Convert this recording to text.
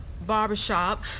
barbershop